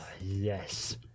Yes